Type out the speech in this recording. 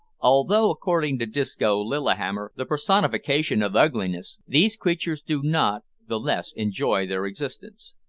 although, according to disco lillihammer, the personification of ugliness, these creatures do not the less enjoy their existence.